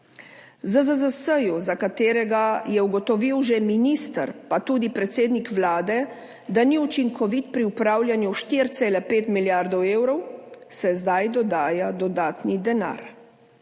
ZZZS, za katerega je že minister ugotovil, pa tudi predsednik Vlade, da ni učinkovit pri upravljanju s 4,5 milijarde evrov, se zdaj dodaja dodatni denar.